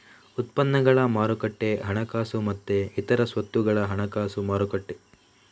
ಉತ್ಪನ್ನಗಳ ಮಾರುಕಟ್ಟೆ ಹಣಕಾಸು ಮತ್ತೆ ಇತರ ಸ್ವತ್ತುಗಳ ಹಣಕಾಸು ಮಾರುಕಟ್ಟೆ